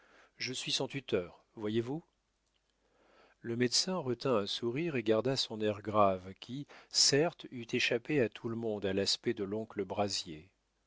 je suis son tuteur voyez-vous le médecin retint un sourire et garda son air grave qui certes eût échappé à tout le monde à l'aspect de l'oncle brazier